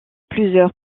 plusieurs